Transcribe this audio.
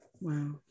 Wow